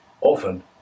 often